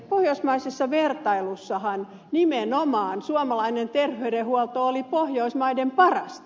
pohjoismaisessa vertailussahan nimenomaan suomalainen terveydenhuolto oli pohjoismaiden parasta